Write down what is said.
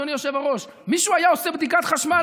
אדוני היושב-ראש: מישהו היה עושה בדיקת חשמל